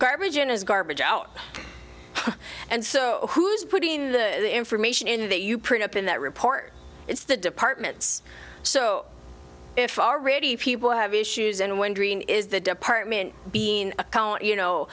garbage in is garbage out and so who's putting the information in that you print up in that report it's the departments so if already people have issues and wondering is the department being account you know